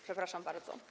Przepraszam bardzo.